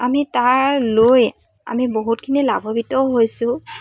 আমি তাৰ লৈ আমি বহুতখিনি লাভান্বিতও হৈছোঁ